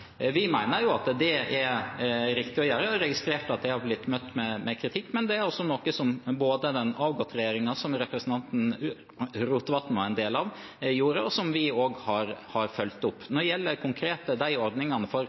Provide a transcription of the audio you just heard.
at det er riktig å gjøre, og har registrert at det har blitt møtt med kritikk, men det er altså noe som både den avgåtte regjeringen gjorde, som representanten Rotevatn var en del av, og som vi også har fulgt opp. Når det konkret gjelder ordningene for